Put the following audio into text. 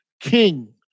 king